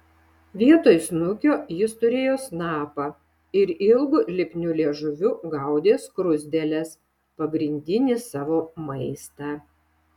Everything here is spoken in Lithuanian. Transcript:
vietoj snukio jis turėjo snapą ir ilgu lipniu liežuviu gaudė skruzdėles pagrindinį savo maistą